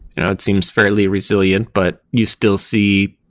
you know it seems fairly resilient, but you still see